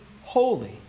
holy